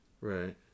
Right